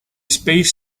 space